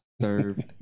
Served